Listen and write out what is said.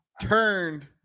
turned